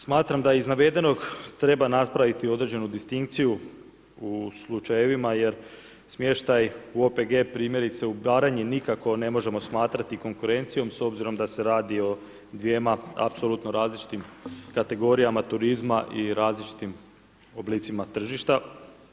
Smatram da iz navedenog treba napraviti određenu distinkciju, u slučajevima, jer smještaj u OPG primjerice u Baranji, nikako ne možemo smatrati konkurencijom, s obzirom da se radi o dvjema apsolutno različitim kategorijama turizma i različitim oblicima tržištima.